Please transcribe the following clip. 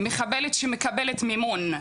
"מחבלת שמקבלת מימון".